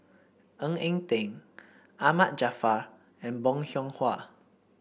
Ng Eng Teng Ahmad Jaafar and Bong Hiong Hwa